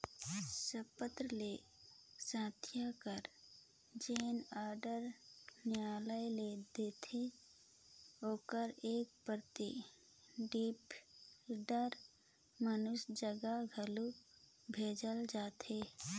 संपत्ति ल हथियाए कर जेन आडर नियालय ल देथे ओकर एक प्रति डिफाल्टर मइनसे जग घलो भेजल जाथे